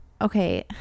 okay